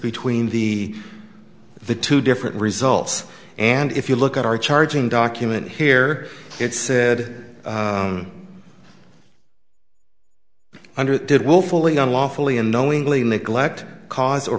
between the the two different results and if you look at our charging document here it said under did willfully unlawfully unknowingly neglect cause or